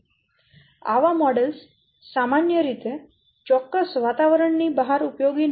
આવા મોડેલો સામાન્ય રીતે ચોક્કસ વાતાવરણ ની બહાર ઉપયોગી નથી